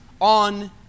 on